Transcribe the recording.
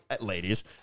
Ladies